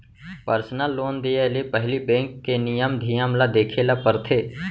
personal loan देय ले पहिली बेंक के नियम धियम ल देखे ल परथे